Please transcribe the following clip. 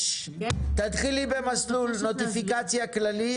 תתחילי במסלול נוטיפיקציה כללי,